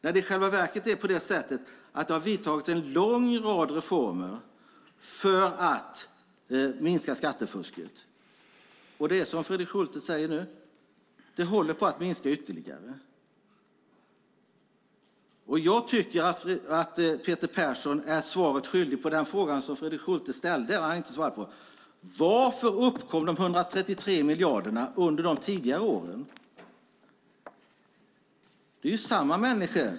I själva verket har det vidtagits en lång rad reformer för att minska skattefusket. Det är också som Fredrik Schulte säger: Det håller på att minska ytterligare. Jag tycker att Peter Persson är svaret skyldig, för den fråga som Fredrik Schulte ställde har han inte svarat på. Varför uppkom de 133 miljarderna under de tidigare åren? Det är ju samma människor.